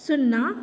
सुन्ना